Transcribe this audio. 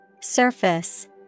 Surface